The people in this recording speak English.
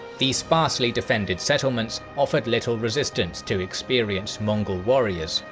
the sparsely defended settlements offered little resistance to experienced mongol warriors,